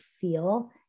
feel